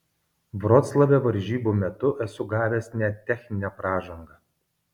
vroclave varžybų metu esu gavęs net techninę pražangą